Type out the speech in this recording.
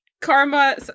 karma